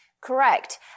Correct